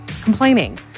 complaining